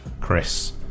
Chris